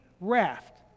raft